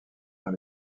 dans